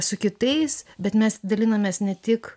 su kitais bet mes dalinamės ne tik